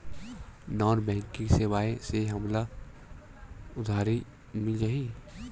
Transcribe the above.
Non banking सेवाएं से हमला उधारी मिल जाहि?